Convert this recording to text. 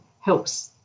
helps